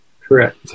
Correct